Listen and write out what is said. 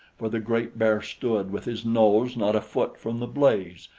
for the great bear stood with his nose not a foot from the blaze,